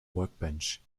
workbench